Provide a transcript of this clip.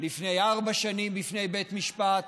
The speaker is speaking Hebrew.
לפני ארבע שנים בפני בית משפט,